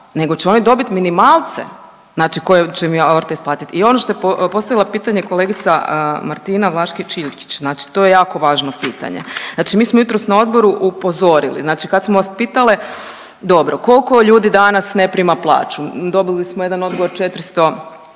nego će oni dobiti minimalce koje će im … isplatit. I ono što je postavila pitanje kolegica Martina Vlašić Iljkić to je jako važno pitanje. Mi smo jutros na odboru upozorili kad smo vas pitale dobro koliko ljudi danas ne prima plaću, dobili smo jedan odgovor 453